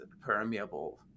permeable